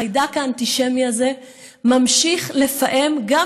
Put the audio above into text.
החיידק האנטישמי הזה ממשיך לפעם גם